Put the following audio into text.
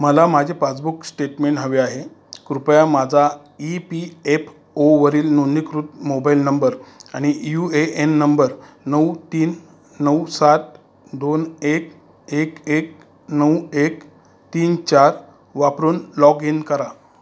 मला माझे passbook statement हवे आहे कृपया माझा ई पी एफ ओवरील नोंदणीकृत मोबाईल नंबर आणि यू ए एन नंबर नऊ तीन नऊ सात दोन एक एक नऊ एक तीन चार वापरून लॉग इन करा